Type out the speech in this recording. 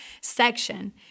section